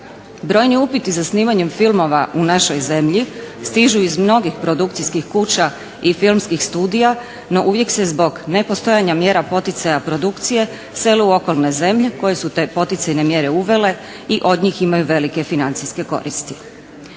Brojni upiti za snimanjem filmova u našoj zemlji stižu iz mnogih produkcijskih kuća i filmskih studija no uvijek se zbog nepostojanja mjera poticaja produkcije seli u okolne zemlje koje su te poticajne mjere uvele i od njih imaju velike financijske koristi.